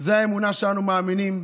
זו האמונה שאנו מאמינים.